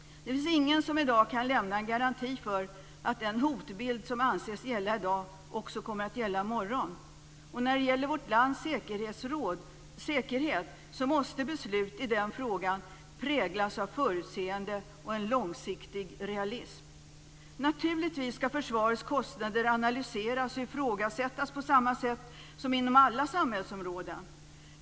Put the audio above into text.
Det finns ingen som i dag kan lämna en garanti för att den hotbild som anses gälla i dag också kommer att gälla i morgon. När det gäller vårt lands säkerhet måste beslut i denna fråga präglas av förutseende och en långsiktig realism. Naturligtvis skall försvarets kostnader analyseras och ifrågasättas på samma sätt som inom alla samhällsområden.